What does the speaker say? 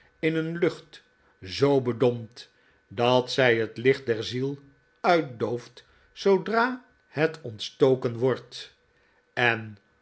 in een lucht zoo bedompt dat zij het licht der ziel uitdooft zoodra het ontstoken wordt en